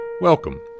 Welcome